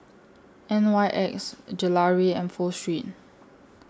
N Y X Gelare and Pho Street